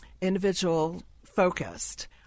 individual-focused